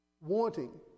Wanting